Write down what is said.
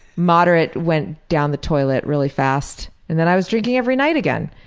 moderate went down the toilet really fast and then i was drinking every night again,